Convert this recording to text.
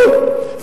לא.